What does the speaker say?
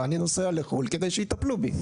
והגשת בקשה?